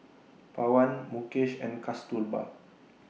Pawan Mukesh and Kasturba